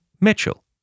Mitchell